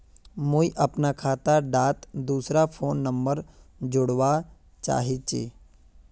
मुई अपना खाता डात दूसरा फोन नंबर जोड़वा चाहची?